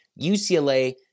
UCLA